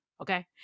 Okay